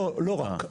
לא רק.